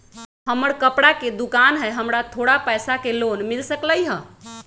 हमर कपड़ा के दुकान है हमरा थोड़ा पैसा के लोन मिल सकलई ह?